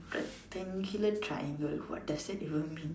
rectangular triangle what does that even mean